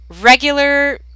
regular